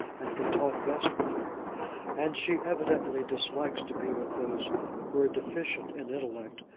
and can talk best with her and she evidently dislikes to be with those who are deficient in intellect,